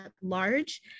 large